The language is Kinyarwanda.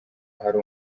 hari